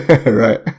Right